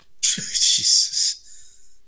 Jesus